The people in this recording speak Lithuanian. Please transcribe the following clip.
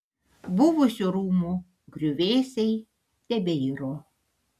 buvusių rūmų griuvėsiai tebeiro